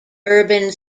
urban